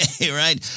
right